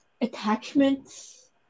attachments